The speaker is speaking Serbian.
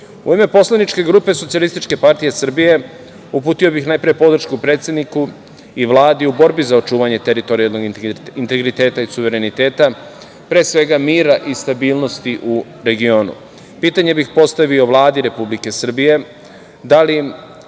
ime poslaničke grupe SPS uputio bih najpre podršku predsedniku i Vladi u borbi za očuvanje teritorijalnog integriteta i suvereniteta, pre svega, mira i stabilnosti u regionu. Pitanje bih postavio Vladi Republike Srbije - da li